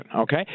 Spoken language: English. okay